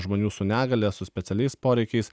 žmonių su negalia su specialiais poreikiais